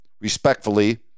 Respectfully